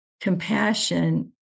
compassion